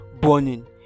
burning